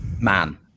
man